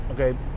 Okay